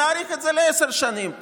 נאריך את זה לעשר שנים.